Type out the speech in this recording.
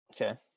Okay